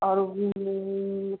और